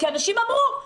כי אנשים אמרו,